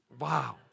Wow